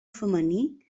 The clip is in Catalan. femení